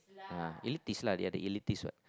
ya elite dislike the other elites what